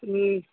હં